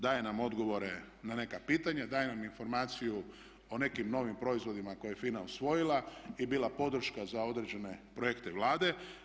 Daje nam odgovore na neka pitanja, daje nam informaciju o nekim novim proizvodima koje je FINA usvojila i bila podrška za određene projekte Vlade.